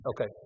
Okay